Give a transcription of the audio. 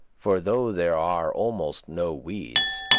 for though there are almost no weeds,